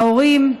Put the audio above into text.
ההורים,